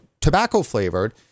tobacco-flavored